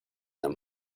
them